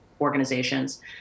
organizations